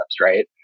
Right